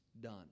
done